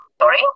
Sorry